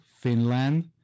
Finland